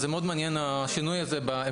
לכן זה מאוד מעניין השינוי הזה בעמדה,